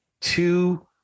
two